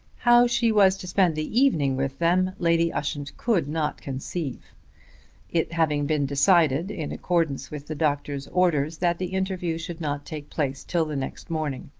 how she was to spend the evening with them lady ushant could not conceive it having been decided, in accordance with the doctor's orders, that the interview should not take place till the next morning.